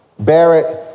Barrett